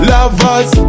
Lovers